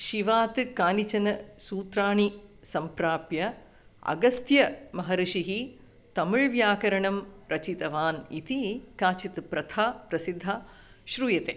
शिवात् कानिचनसूत्राणि सम्प्राप्य अगस्त्यमहर्षेः तमिळ्व्याकरणं रचितवान् इति काचित् प्रथा प्रसिद्धा श्रूयते